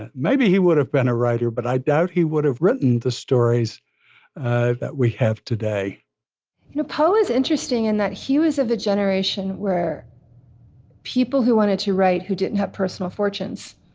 and maybe he would have been a writer but i doubt he would have written the stories that we have today you know poe is interesting in that he was of the generation where people who wanted to write who didn't have personal fortunes.